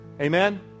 Amen